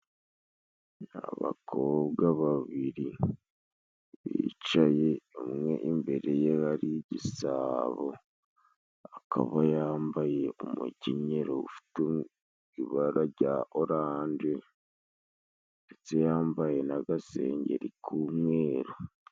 Abakobwa babiri bicaye umwe imbere ye hari igisabo, akaba yambaye umukenyero ufite ibara rya oranje ndetse yambaye n'agasengeri k'umweru.